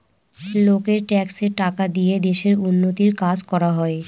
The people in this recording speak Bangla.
লোকের ট্যাক্সের টাকা দিয়ে দেশের উন্নতির কাজ করা হয়